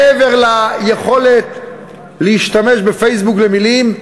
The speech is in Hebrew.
מעבר ליכולת להשתמש בפייסבוק במילים,